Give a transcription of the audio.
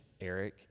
Eric